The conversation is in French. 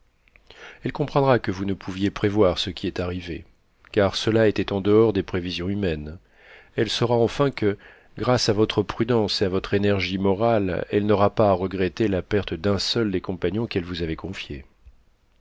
elle comprendra que vous ne pouviez prévoir ce qui est arrivé car cela était en dehors des prévisions humaines elle saura enfin que grâce à votre prudence et à votre énergie morale elle n'aura pas à regretter la perte d'un seul des compagnons qu'elle vous avait confiés